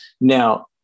Now